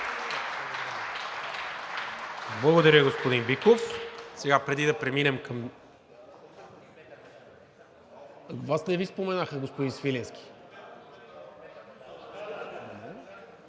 Благодаря, господин Биков. Сега, преди да преминем към… Вас не Ви споменаха, господин Свиленски.